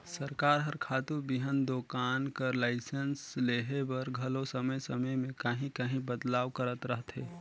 सरकार हर खातू बीहन दोकान कर लाइसेंस लेहे बर घलो समे समे में काहीं काहीं बदलाव करत रहथे